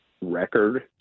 record